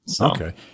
Okay